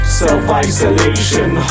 self-isolation